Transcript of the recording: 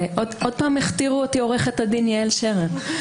עוד פעם הכתירו אותי עורכת הדין יעל שרר.